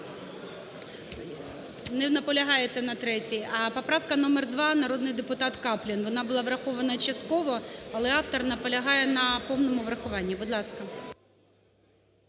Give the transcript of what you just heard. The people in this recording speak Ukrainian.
не наполягаєте на 3-й? А поправка номер 2, народний депутат Каплін. Вона була врахована частково, але автор наполягає на повному врахуванні. Будь ласка.